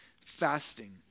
fasting